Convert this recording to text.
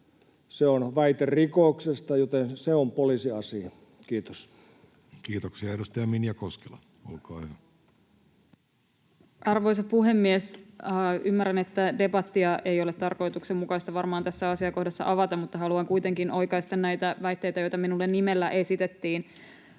vuosikertomuksen tarkastuksesta Time: 17:33 Content: Arvoisa puhemies! Ymmärrän, että debattia ei ole tarkoituksenmukaista varmaan tässä asiakohdassa avata, mutta haluan kuitenkin oikaista näitä väitteitä, joita minulle nimellä esitettiin.